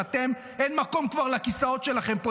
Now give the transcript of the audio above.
שאין מקום כבר לכיסאות שלכם פה,